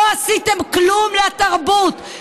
לא עשיתם כלום לתרבות.